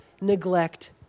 neglect